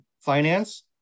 finance